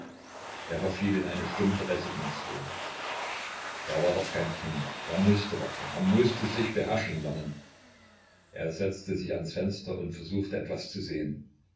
er verfiel in eine stumpfe resignation er war doch kein kind er mußte warten er mußte sich beherrschen lernen er setzte sich ans fenster und versuchte etwas zu sehen